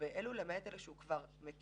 לגבי אלה, למעט אלה שהוא כבר מכיר